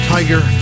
Tiger